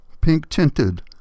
Pink-tinted